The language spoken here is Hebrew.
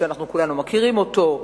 שכולנו מכירים אותו,